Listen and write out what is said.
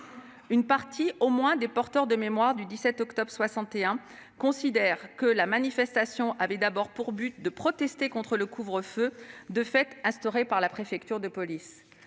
Une partie au moins des porteurs de mémoire du 17 octobre 1961 considère que la manifestation avait d'abord pour but de protester contre le couvre-feu de fait instauré par la préfecture de police.